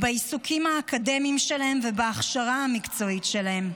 בעיסוקים האקדמיים שלהם ובהכשרה המקצועית שלהם.